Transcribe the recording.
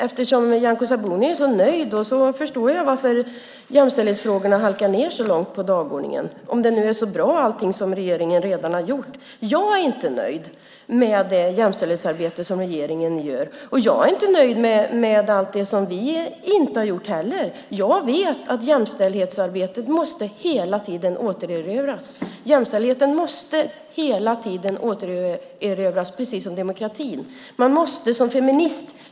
Eftersom Nyamko Sabuni är så nöjd förstår jag varför jämställdhetsfrågorna halkar ned så långt på dagordningen, om det nu är så bra allt som regeringen redan har gjort. Jag är inte nöjd med det jämställdhetsarbete som regeringen gör. Jag är inte heller nöjd med allt det som vi inte har gjort. Jämställdhetsarbetet måste hela tiden återerövras, precis som demokratin.